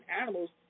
animals